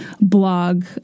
blog